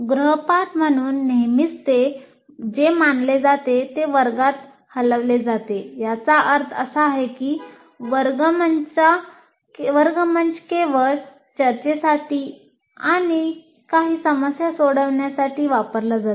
गृहपाठ म्हणून नेहमीच जे मानले जाते ते वर्गात हलवले जाते याचा अर्थ असा आहे की वर्गमंचा केवळ चर्चेसाठी आणि काही समस्या सोडवण्यासाठी वापरला जातो